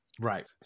Right